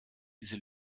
diese